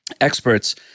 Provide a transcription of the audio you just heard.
experts